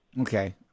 Okay